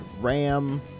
RAM